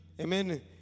amen